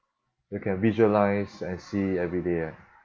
you can visualise and see every day ah